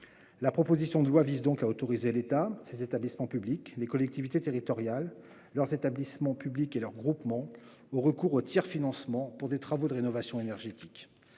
La proposition de loi vise donc à autoriser l'État et ses établissements publics, les collectivités territoriales, leurs établissements publics et leurs groupements au recours au tiers-financement pour des travaux de rénovation énergétique.